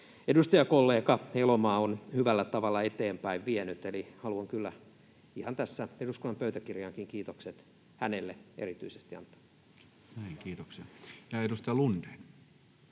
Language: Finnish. edustajakollega Elomaa on hyvällä tavalla eteenpäin vienyt. Eli haluan kyllä ihan tässä eduskunnan pöytäkirjaankin kiitokset hänelle erityisesti antaa. [Speech 145] Speaker: Toinen